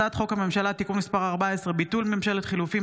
הצעת חוק הממשלה (תיקון מס' 14) (ביטול ממשלת חילופים),